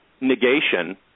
negation